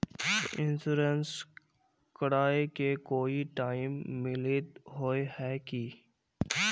Insurance कराए के कोई टाइम लिमिट होय है की?